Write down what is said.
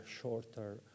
shorter